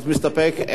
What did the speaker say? אז מסתפק.